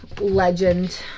legend